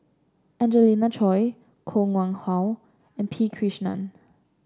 Angelina Choy Koh Nguang How and P Krishnan